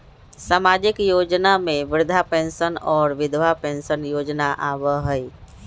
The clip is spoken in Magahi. सामाजिक योजना में वृद्धा पेंसन और विधवा पेंसन योजना आबह ई?